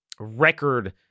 Record